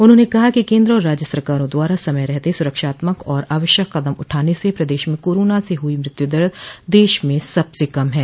उन्होंने कहा कि केन्द्र और राज्य सरकारों द्वारा समय रहते सूरक्षात्मक एवं आवश्यक कदम उठाने से प्रदेश में कोरोना से हुई मृत्युदर देश में सबसे कम है